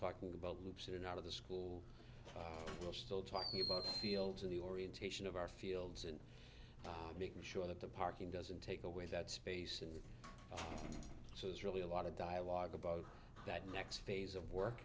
talking about loops in and out of the school we're still talking about fields in the orientation of our fields and making sure that the parking doesn't take away that space and so there's really a lot of dialogue about that next phase of work